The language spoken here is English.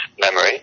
memory